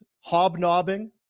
hobnobbing